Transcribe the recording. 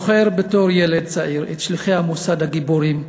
אני זוכר בתור ילד צעיר את שליחי המוסד הגיבורים,